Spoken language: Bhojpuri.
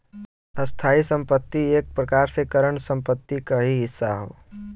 स्थायी संपत्ति एक प्रकार से करंट संपत्ति क ही हिस्सा हौ